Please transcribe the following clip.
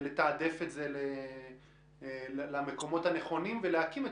לתעדף את זה למקומות הנכונים ולהקים את